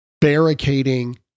barricading